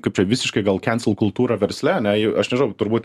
kaip čia visiškai gal kensel kultūra versle ane į aš nežinau turbūt